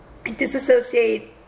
disassociate